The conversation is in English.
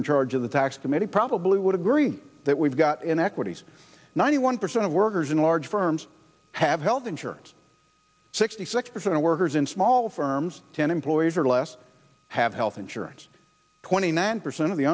in charge of the tax committee probably would agree that we've got inequities ninety one percent of workers in large firms have health insurance sixty six percent of workers in small firms ten employees or less have health insurance twenty nine percent of the